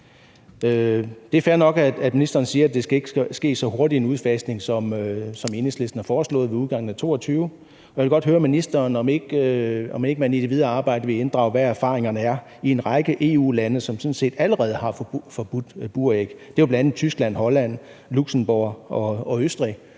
Det er fair nok, at ministeren siger, at der ikke skal ske så hurtig en udfasning, som Enhedslisten har foreslået med udgangen af 2022, men jeg vil godt høre ministeren, om ikke man i det videre arbejde vil inddrage, hvad erfaringerne er i en række EU-lande, som sådan set allerede har forbudt buræg. Det er jo bl.a. Tyskland, Holland, Luxembourg og Østrig.